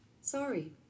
Sorry